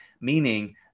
Meaning